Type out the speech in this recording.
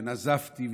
ונזפתי,